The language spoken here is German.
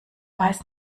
weiß